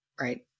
right